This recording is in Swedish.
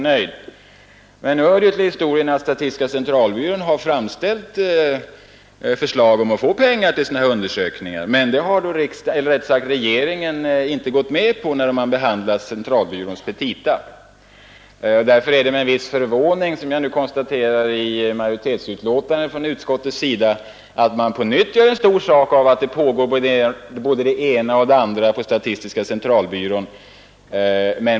Nu hör det emellertid till historien att statistiska centralbyrån har hemställt om pengar för sädana undersökningar som det här gäller, men regeringen har inte beviljat dessa medel när statistiska centralbyråns petita behandlats. Därför är det med en viss förvåning som jag nu konstaterar att utskottets majoritet på nytt gör stor sak av att det på statistiska centralbyrån pågär undersökningar på detta område.